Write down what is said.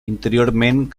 interiorment